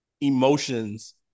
emotions